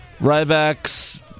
Ryback's